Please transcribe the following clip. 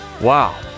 Wow